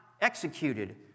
executed